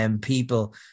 people